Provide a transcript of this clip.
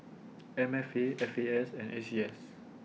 M F A F A S and A C S